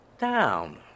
Down